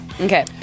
Okay